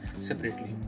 separately